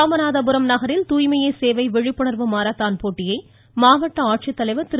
ராமநாதபுரம் நகரில் தூய்மையே சேவை விழிப்புணர்வு மாரத்தான் போட்டியை மாவட்ட ஆட்சித்தலைவர் திரு